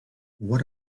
what